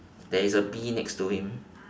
there is a bee next to him